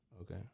Okay